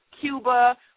Cuba